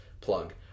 plug